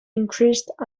increased